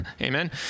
Amen